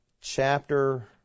chapter